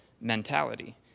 mentality